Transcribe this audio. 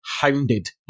hounded